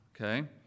okay